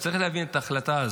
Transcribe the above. הוא צריך להבין את ההחלטה הזאת.